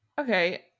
okay